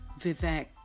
Vivek